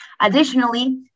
Additionally